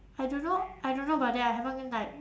I don't know I don't know but then I haven't go and like